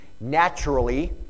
naturally